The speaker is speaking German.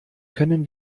können